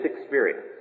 experience